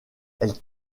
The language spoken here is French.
elle